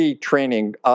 training